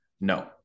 No